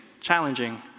challenging